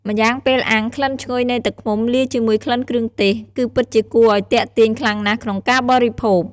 ម្យ៉ាងពេលអាំង ក្លិនឈ្ងុយនៃទឹកឃ្មុំលាយជាមួយក្លិនគ្រឿងទេស គឺពិតជាគួរឱ្យទាក់ទាញខ្លាំងណាស់ក្នុងការបរិភោគ។